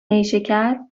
نیشکر